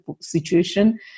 situation